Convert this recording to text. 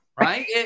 Right